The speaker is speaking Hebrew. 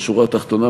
בשורה התחתונה,